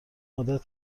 عادت